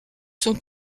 sont